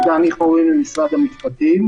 באופן פרונטלי.